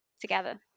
together